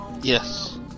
Yes